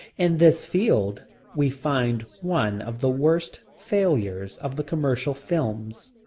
in this field we find one of the worst failures of the commercial films,